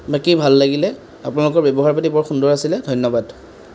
বাকী ভাল লাগিলে আপানোলাকৰ ব্যৱহাৰ পাতি বৰ সুন্দৰ আছিলে ধন্যবাদ